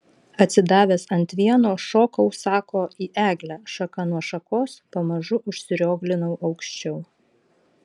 atsidavęs ant vieno šokau sako į eglę šaka nuo šakos pamažu užsirioglinau aukščiau